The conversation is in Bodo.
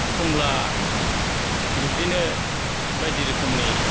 एखनब्ला बिब्दिनो बायदि रोखोमनि